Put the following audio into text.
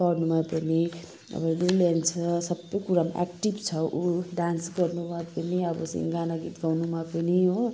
पढ्नुमा पनि अब ब्रिलियन्ट छ सबै कुरामा एक्टिभ छ ऊ डान्स गर्नुमा पनि अब चाहिँ गाना गीत गाउनुमा पनि हो